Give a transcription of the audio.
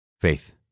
Faith